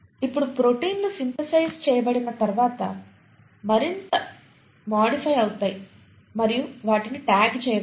ఇప్పుడు ప్రోటీన్లు సింథసైజ్ చేయబడిన తర్వాత మరింత మోడిఫై అవుతాయి మరియు వాటిని ట్యాగ్ చేయవచ్చు